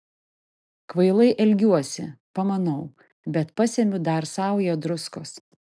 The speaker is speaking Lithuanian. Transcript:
kvailai elgiuosi pamanau bet pasemiu dar saują druskos